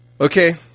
Okay